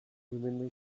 humanly